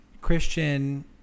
christian